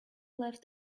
left